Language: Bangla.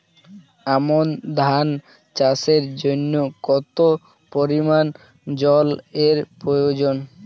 আমন ধান চাষের জন্য কত পরিমান জল এর প্রয়োজন?